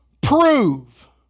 prove